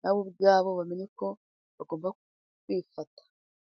na bo ubwabo bamenye ko bagomba kwifata.